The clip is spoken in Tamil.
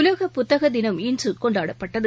உலக புத்தக தினம் இன்று கொண்டாடப்பட்டது